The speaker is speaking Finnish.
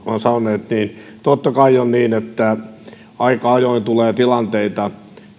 sanoneet niin totta kai on niin että aika ajoin tulee tilanteita